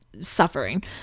suffering